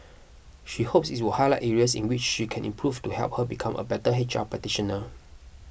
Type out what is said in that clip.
she hopes it would highlight areas in which she can improve to help her become a better H R practitioner